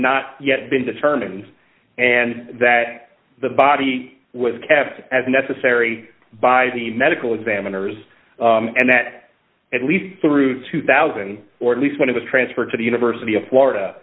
not yet been determined and that the body was kept as necessary by the medical examiners and that at least through two thousand or at least when it was transferred to the university of florida